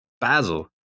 Basil